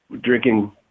drinking